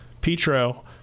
Petro